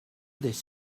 this